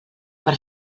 per